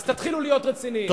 אז תתחילו להיות רציניים.